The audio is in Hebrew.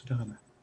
תודה רבה.